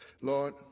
Lord